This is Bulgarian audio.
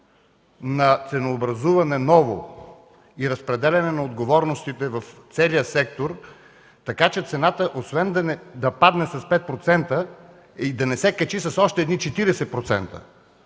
ново ценообразуване и разпределяне на отговорностите в целия сектор, така че цената освен да падне с 5% и да не се качи с още едни 40%.